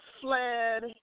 fled